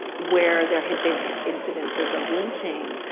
where there had been incidences of lynching.